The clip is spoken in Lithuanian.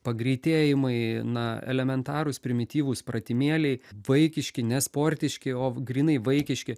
pagreitėjimai na elementarūs primityvūs pratimėliai vaikiški ne sportiški o grynai vaikiški